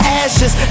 ashes